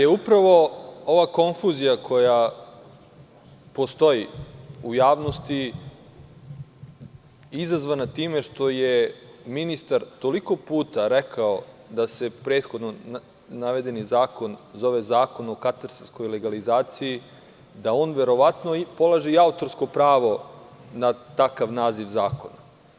Upravo je ova konfuzija, koja postoji u javnosti, izazvana time što je ministar toliko puta rekao da se prethodno navedeni zakon zove zakon o katastarskoj legalizaciji, da on verovatno polaže i autorsko pravo na takav naziv zakona.